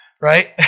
right